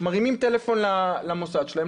מרימים טלפון למוסד שלהם,